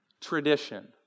tradition